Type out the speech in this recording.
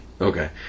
Okay